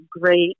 great